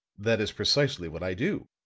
that is precisely what i do,